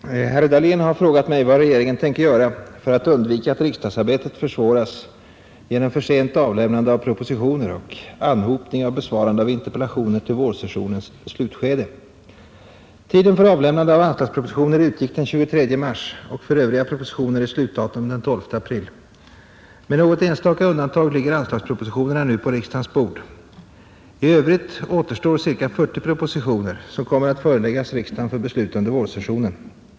Herr talman! Herr Dahlén har frågat mig vad regeringen tänker göra för att undvika att riksdagsarbetet försvåras genom för sent avlämnande av propositioner och anhopning av besvarande av interpellationer till vårsessionens slutskede. Tiden för avlämnande av anslagspropositioner utgick den 23 mars, och för övriga propositioner är slutdatum den 12 april. Med något enstaka undantag ligger anslagspropositionerna nu på riksdagens bord. I övrigt återstår ca 40 propositioner som kommer att föreläggas riksdagen för beslut under vårsessionen.